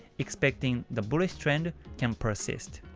expecting the bullish trend can persist.